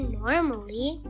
normally